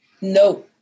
No